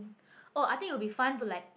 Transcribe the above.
oh I think it will be fun to like